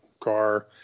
car